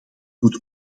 moet